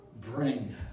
bring